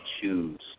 choose